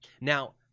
Now